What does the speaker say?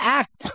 act